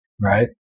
right